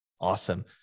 Awesome